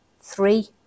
three